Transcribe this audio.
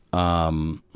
um,